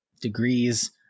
degrees